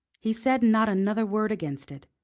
he said not another word against it.